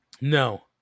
No